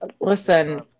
listen